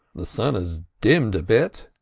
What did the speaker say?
the sun has dimmed a bit,